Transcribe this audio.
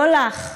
לא לך.